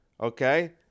Okay